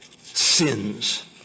sins